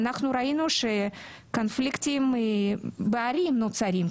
ואנחנו ראינו שהקונפליקטים נוצרים בערים,